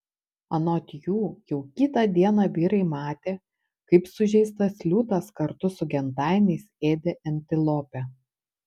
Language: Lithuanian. anot jų jau kitą dieną vyrai matė kaip sužeistas liūtas kartu su gentainiais ėdė antilopę